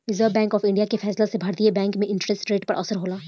reserve Bank of India के फैसला से भारतीय बैंक में इंटरेस्ट रेट पर असर होला